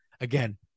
Again